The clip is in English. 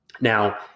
Now